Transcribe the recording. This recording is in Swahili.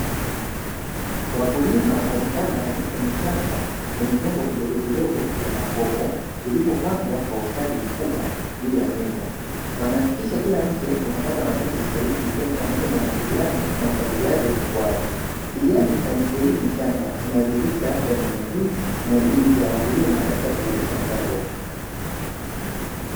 Wakulima wamepanda miche michanga kwenye vyombo vidogo vidogo vya makopo vilivyopangwa kwa ustadi mkubwa juu ya meza wanahakikisha kila mche unapata matunzo stahiki, ikiwa ni pamoja na umwagiliaji na ufatiliaji wa ukuaji, kijani cha miche hii michanga kinadhihirisha afya mimea hii na juhudi za wakulima katika kuzalisha mazao bora.